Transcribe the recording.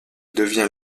devient